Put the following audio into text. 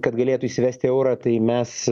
kad galėtų įsivesti eurą tai mes